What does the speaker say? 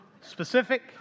specific